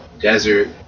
desert